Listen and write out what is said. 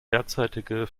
derzeitige